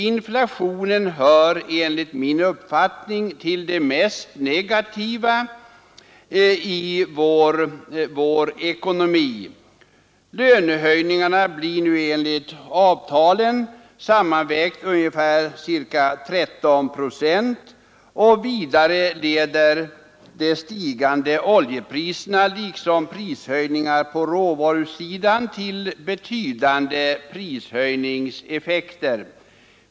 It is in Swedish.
Inflationen hör enligt min uppfattning till det mest negativa i vår ekonomi. Lönehöjningarna blir nu enligt avtalen ungefär 13 procent. Vidare leder de stigande oljepriserna liksom prishöjningarna på råvarusidan till betydande prishöjningseffekter.